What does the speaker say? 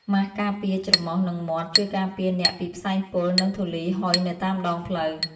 ម៉ាសការពារច្រមុះ និងមាត់ ជួយការពារអ្នកពីផ្សែងពុល និងធូលីហុយនៅតាមដងផ្លូវ។